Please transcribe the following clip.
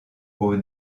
aux